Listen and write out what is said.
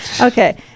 Okay